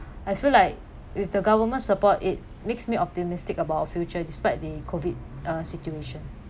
I feel like with the government's support it makes me optimistic about our future despite the COVID uh situation